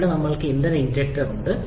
ഇവിടെ ഞങ്ങൾക്ക് ഇന്ധന ഇൻജക്ടർ ഉണ്ട്